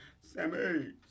Sammy